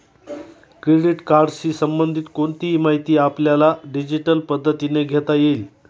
credit कार्डशी संबंधित कोणतीही माहिती आपल्याला डिजिटल पद्धतीने घेता येईल